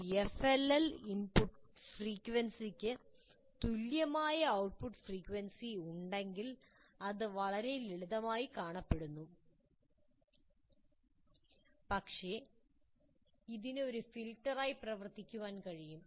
ഒരു FLL ന് input ഫ്രീക്വൻസിക്ക് തുല്യമായ ഔട്ട്പുട്ട് ഫ്രീക്വൻസി ഉണ്ടെങ്കിൽ അത് വളരെ ലളിതമായി കാണപ്പെടുന്നു പക്ഷേ ഇതിന് ഒരു ഫിൽട്ടറായി പ്രവർത്തിക്കാനും കഴിയും